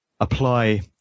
apply